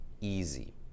easy